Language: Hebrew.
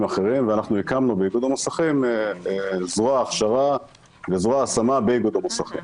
אחרים ובאיגוד המוסכים הקמנו זרוע הכשרה וזרוע השמה באיגוד המוסכים.